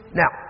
now